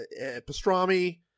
pastrami